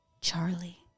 Charlie